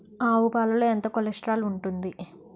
ఆవు పాలలో ఎంత కొలెస్ట్రాల్ ఉంటుంది?